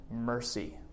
mercy